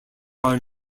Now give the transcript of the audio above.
are